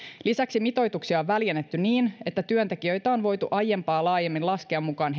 lisäksi mitoituksia on väljennetty niin että työntekijöitä on voitu aiempaa laajemmin laskea mukaan